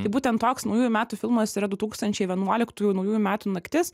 tai būtent toks naujųjų metų filmas yra du tūkstančiai vienuoliktųjų naujųjų metų naktis